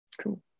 Cool